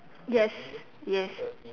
yes yes